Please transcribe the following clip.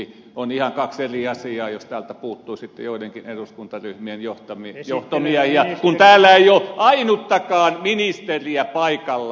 on kaksi ihan eri asiaa jos täältä puuttuu joidenkin eduskuntaryhmien johtomiehiä kun täällä ei ole ainuttakaan ministeriä paikalla